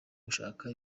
gushaka